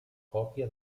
còpia